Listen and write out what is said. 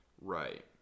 Right